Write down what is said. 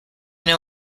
know